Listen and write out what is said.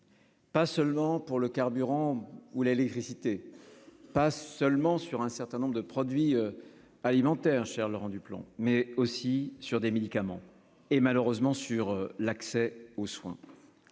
Pas seulement pour le carburant ou l'électricité, pas seulement sur un certain nombre de produits alimentaires, cher Laurent Duplomb mais aussi sur des médicaments et, malheureusement, sur l'accès aux soins,